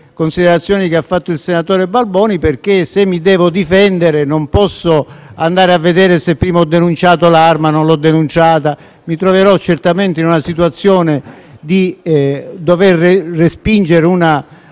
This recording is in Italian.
considerazioni che ha fatto il senatore Balboni, perché se mi devo difendere non posso andare a vedere se prima ho denunciato l'arma o no. Mi troverò certamente nella situazione di dover respingere